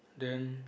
then